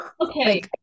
Okay